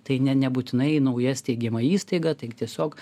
tai ne nebūtinai nauja steigiama įstaiga tai tiesiog